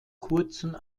kurzen